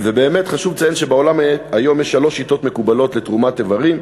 חשוב לציין שבעולם היום יש שלוש שיטות מקובלות לתרומת איברים,